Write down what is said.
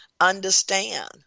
understand